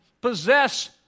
possess